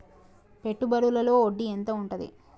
పెట్టుబడుల లో వడ్డీ ఎంత ఉంటది?